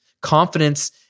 Confidence